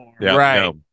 right